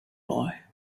boy